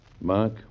Mark